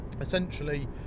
Essentially